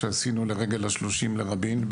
שעשינו לרגל השלושים לרבין,